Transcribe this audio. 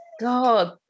God